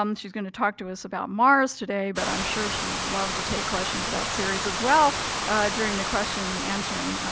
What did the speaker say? um she's gonna talk to us about mars today, but i'm sure she'd love to take questions about ceres as well during the question-and-answering